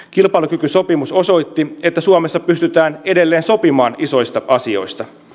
kilpailukykysopimus osoitti että suomessa pystytään edelleen sopimaan isoista asioista